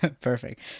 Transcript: Perfect